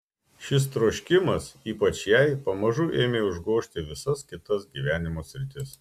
šis troškimas ypač jai pamažu ėmė užgožti visas kitas gyvenimo sritis